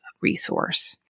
resource